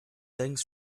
things